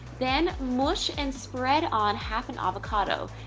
then mush and spread on half an avocado.